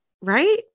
Right